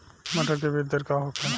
मटर के बीज दर का होखे?